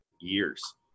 years